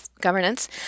governance